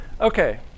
Okay